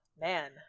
Man